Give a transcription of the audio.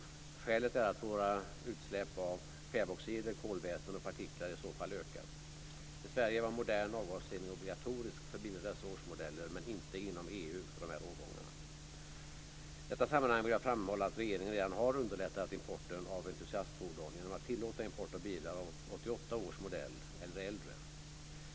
Skälet är att våra utsläpp av kväveoxider, kolväten och partiklar i så fall ökar. I Sverige var modern avgasrening obligatorisk för bilar av dessa årsmodeller, men inte inom EU för de här årgångarna. I detta sammanhang vill jag framhålla att regeringen redan har underlättat importen av entusiastfordon genom att tillåta import av bilar av 1988 års modell eller äldre.